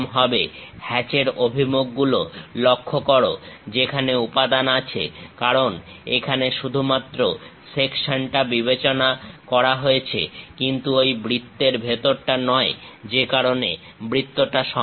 হ্যাচের অভিমুখ গুলো লক্ষ্য করো যেখানে উপাদান আছে কারণ এখানে শুধুমাত্র সেকশনটা বিবেচনা করা হয়েছে কিন্তু ঐ বৃত্তের ভেতরটা নয় যে কারণে বৃত্তটা সম্পূর্ণ